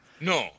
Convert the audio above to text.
No